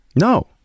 No